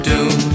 Doom